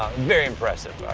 very impressive.